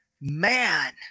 Man